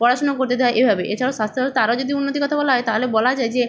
পড়াশুনো করতে দেওয়া হয় এভাবে এছাড়াও স্বাস্থ্য ব্যবস্থা আরও যদি উন্নতির কথা বলা হয় তাহলে বলা যায় যে